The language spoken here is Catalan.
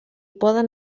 poden